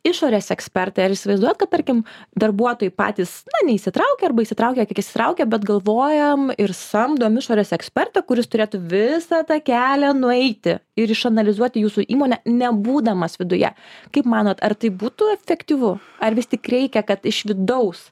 išorės ekspertai ar įsivaizduojat kad tarkim darbuotojai patys na neįsitraukia arba įsitraukia įsitraukia bet galvojam ir samdom išorės ekspertą kuris turėtų visą tą kelią nueiti ir išanalizuoti jūsų įmonę nebūdamas viduje kaip manot ar tai būtų efektyvu ar vis tik reikia kad iš vidaus